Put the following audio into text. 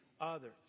others